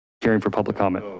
caring for public comments,